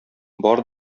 бар